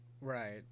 Right